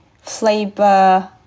flavor